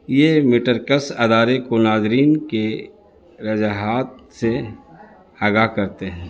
یہ میٹرکس ادارے کو ناظرین کے رجحانات سے آگاہ کرتے ہیں